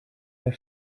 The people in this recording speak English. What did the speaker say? her